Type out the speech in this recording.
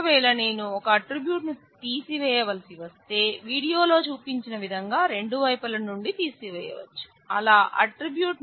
ఒకవేళ నేను ఒక ఆట్రిబ్యూట్ అంటాం